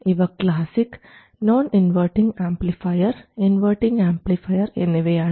ഇവ classic non inverting amplifier inverting amplifier എന്നിവയാണ്